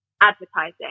advertising